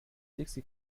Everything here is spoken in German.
dixi